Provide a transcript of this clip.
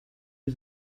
you